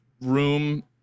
room